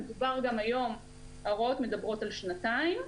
ההוראות מדברות על שנתיים.